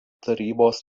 tarybos